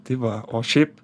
tai va o šiaip